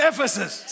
Ephesus